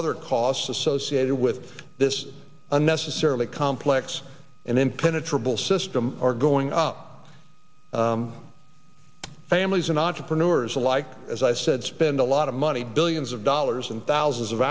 other costs associated with this unnecessarily complex and impenetrable system are going up family as an entrepreneur is a like as i said spend a lot of money billions of dollars and thousands of